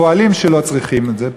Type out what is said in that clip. הפועלים שלו צריכים את זה,